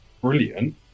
brilliant